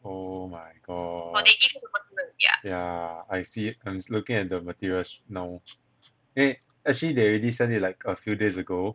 oh my god ya I see I'm looking at the materials now eh actually they already sent it like a few days ago